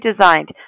designed